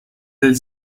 del